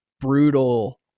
brutal